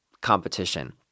competition